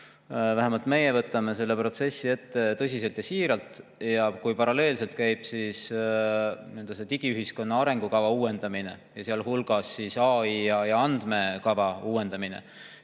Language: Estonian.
Vähemalt meie võtame selle protsessi ette tõsiselt ja siiralt. Ning kui paralleelselt käib digiühiskonna arengukava uuendamine, sealhulgas AI- ja andmekava uuendamine,